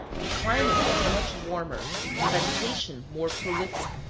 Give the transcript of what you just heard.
the climate was much warmer, and vegetation more prolific.